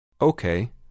Okay